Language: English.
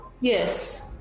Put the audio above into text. Yes